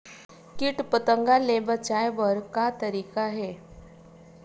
कीट पंतगा ले बचाय बर का तरीका हे?